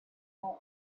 old